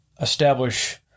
establish